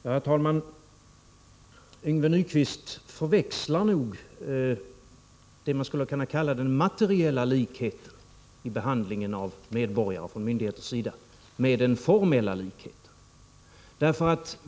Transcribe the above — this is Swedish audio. Herr talman! Yngve Nyquist förväxlar nog det man skulle kunna kalla den materiella likheten vid behandlingen av medborgare från myndigheters sida med den formella likheten.